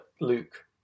Luke